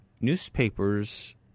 Newspapers